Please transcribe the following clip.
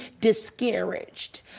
discouraged